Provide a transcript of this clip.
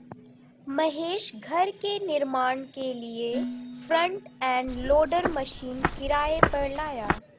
महेश घर के निर्माण के लिए फ्रंट एंड लोडर मशीन किराए पर लाया